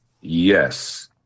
Yes